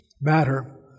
matter